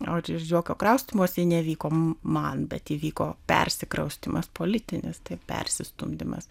o ir jokio kraustymosi nevyko man bet įvyko persikraustymas politinis persistumdymas